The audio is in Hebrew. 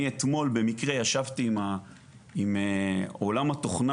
אני אתמול במקרה ישבתי עם עולם התוכנה